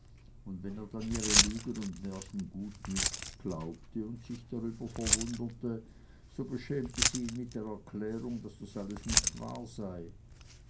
und wenn er dann ihre lügen und märchen gutmütig glaubte und sich darüber verwunderte so beschämte sie ihn mit der erklärung daß alles nicht wahr sei